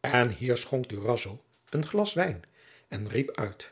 en hier schonk durazzo een glas wijn en riep uit